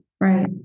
right